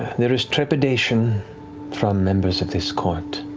there is trepidation from members of this court,